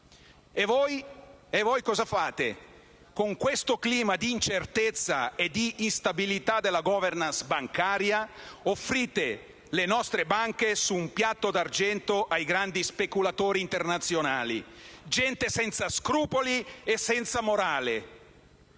e voi cosa fate? Con questo clima di incertezza e instabilità della *governance* bancaria offrite le nostre banche su un piatto d'argento ai grandi speculatori internazionali, gente senza scrupoli e senza morale